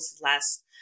Last